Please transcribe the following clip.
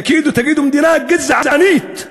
תגידו "מדינה גזענית",